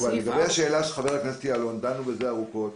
לגבי השאלה של חבר הכנסת יעלון, דני בזה ארוכות